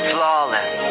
Flawless